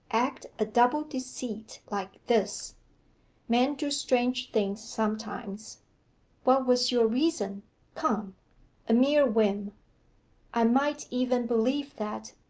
act a double deceit like this men do strange things sometimes what was your reason come a mere whim i might even believe that,